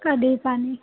कधीही पाणी